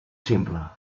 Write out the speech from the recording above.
simple